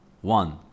one